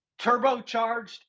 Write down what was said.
turbocharged